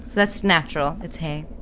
that's natural. it's hay.